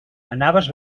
anaves